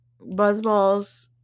Buzzballs